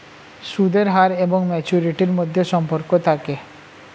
সুদের হার এবং ম্যাচুরিটির মধ্যে সম্পর্ক থাকে